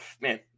man